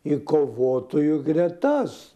į kovotojų gretas